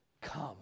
come